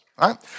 right